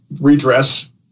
redress